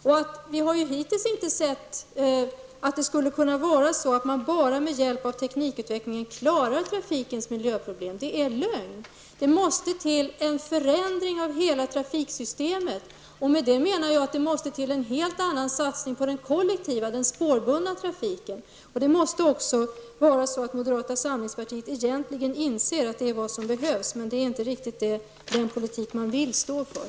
Men vi har hittills inte sett att det bara med hjälp av teknikutveckling går att klara miljöproblemen som uppkommer på grund av trafiken. Det är lögn! Det måste till en förändring av hela trafiksystemet. Med det menar jag att det måste till en helt annan satsning på den kollektiva, den spårbundna, trafiken. Moderaterna måste egentligen inse att det är vad som behövs. Men det är inte riktigt den politik som moderaterna vill stå för.